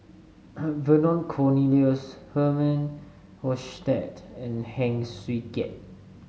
Vernon Cornelius Herman Hochstadt and Heng Swee Keat